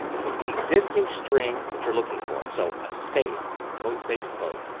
take the existing-string that you're looking for so a space, quote space quote,